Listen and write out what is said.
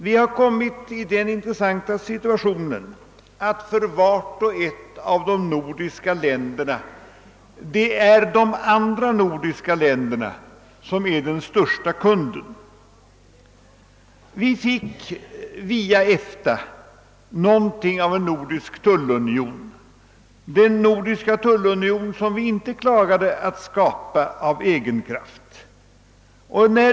Vi har kommit i den intressanta situationen att för vart och ett av de nordiska länderna de andra nordiska länderna är den största kunden. Via EFTA har vi fått någonting av en nordisk tullunion — den nordiska tullunion som vi inte lyckades skapa av egen kraft.